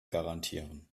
garantieren